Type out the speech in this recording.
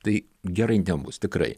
tai gerai nebus tikrai